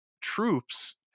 troops